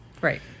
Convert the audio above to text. Right